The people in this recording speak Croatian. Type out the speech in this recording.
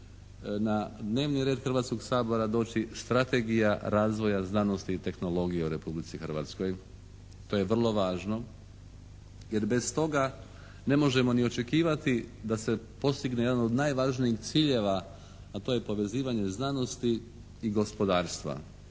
na dnevni red Hrvatskog sabora doći Strategija razvoja znanosti i tehnologije u Republici Hrvatskoj. To je vrlo važno, jer bez toga ne možemo ni očekivati da se postigne jedan od najvažnijih ciljeva, a to je povezivanje znanosti i gospodarstva.